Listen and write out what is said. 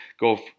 go